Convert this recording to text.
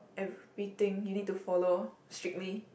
everything you need to follow strictly